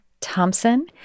Thompson